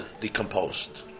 decomposed